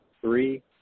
three